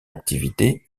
activité